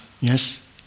yes